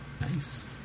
Nice